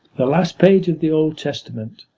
the last page of the old testament,